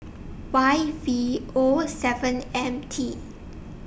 Y V O seven M T